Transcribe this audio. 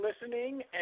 listening